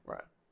Right 。